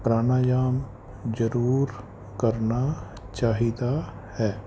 ਪ੍ਰਾਣਾਯਾਮ ਜ਼ਰੂਰ ਕਰਨਾ ਚਾਹੀਦਾ ਹੈ